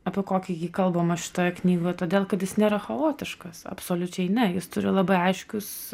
apie kokį jį kalbama šitoje knygoje todėl kad jis nėra chaotiškas absoliučiai ne jis turi labai aiškius